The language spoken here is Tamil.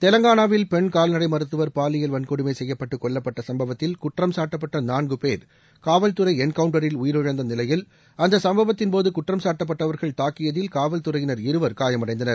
தெலங்கானாவில் பெண் கால்நடை மருத்துவர் பாலியல் வன்கொடுமை செய்யப்பட்டு கொல்லப்பட்ட சுப்பவத்தில் குற்றம்சாட்டப்பட்ட நான்குபேர் காவல் துறை என் கவுண்ட்ரில் உயிரிழந்த நிலையில் அந்த சுப்பவத்தின் போது குற்றம் சாட்டப்பட்டவர்கள் தாக்கியதல் காவல்துறையினர் இருவர் காயம் அடைந்தனர்